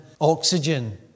oxygen